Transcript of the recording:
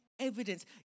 evidence